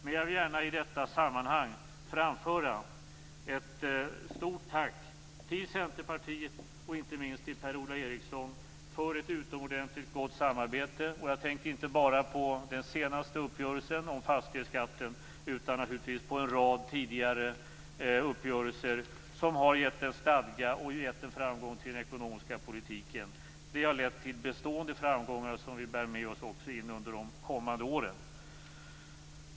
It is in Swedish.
I detta sammanhang vill jag gärna framföra ett stort tack till Centerpartiet och inte minst till Per-Ola Eriksson för ett utomordentligt gott samarbete. Jag tänker då inte bara på den senaste uppgörelsen om fastighetsskatten utan naturligtvis på en rad tidigare uppgörelser som har gett en stadga och lett till framgång i den ekonomiska politiken. Det har gett bestående framgångar som vi bär med oss också under de kommande åren.